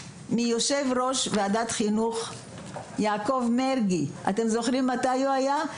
מיושב ראש ועדת החינוך יעקב מרגי אתם זוכרים מתי הוא היה?